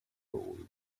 gold